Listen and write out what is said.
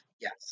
yes